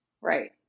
Right